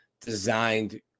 designed